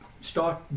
start